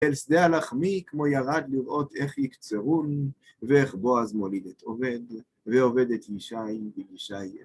אל שדה הלחמי כמו ירד לראות איך יקצרון ואיך בועז מוליד את עובד, ועובד את יישיי ויישיי את...